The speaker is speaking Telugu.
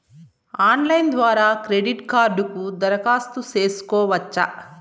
ఆన్లైన్ ద్వారా క్రెడిట్ కార్డుకు దరఖాస్తు సేసుకోవచ్చా?